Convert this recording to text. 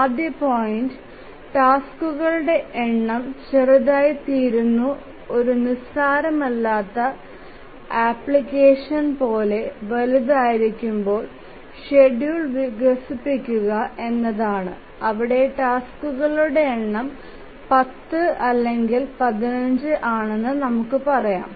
ആദ്യ പോയിന്റ് ടാസ്ക്കുകളുടെ എണ്ണം ചെറുതായിത്തീരുന്ന ഒരു നിസ്സാരമല്ലാത്ത ആപ്ലിക്കേഷൻ പോലെ വലുതായിരിക്കുമ്പോൾ ഷെഡ്യൂൾ വികസിപ്പിക്കുക എന്നതാണ് അവിടെ ടാസ്ക്കുകളുടെ എണ്ണം 10 അല്ലെങ്കിൽ 15 ആണെന്ന് നമുക്ക് പറയാം